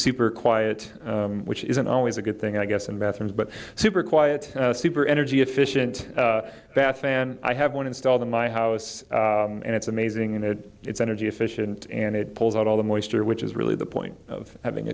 super quiet which isn't always a good thing i guess in bathrooms but super quiet super energy efficient that fan i have one installed in my house and it's amazing that it's energy efficient and it pulls out all the moisture which is really the point of having